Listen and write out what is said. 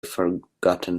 forgotten